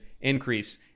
increase